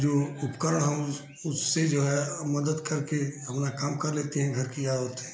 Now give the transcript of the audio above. जो उपकरण हम उससे जो है मदद करके अपना काम कर लेती हैं घर की औरतें